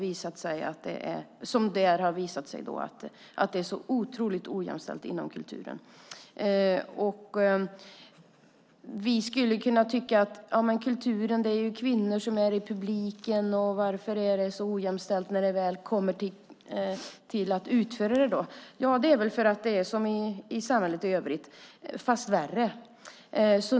Det har då visat sig att det är otroligt ojämställt inom kulturen. Det är kvinnor som är i publiken. Varför är det då så ojämställt när det väl kommer till att utföra det? Det är väl för att det är som i samhället i övrigt fast värre.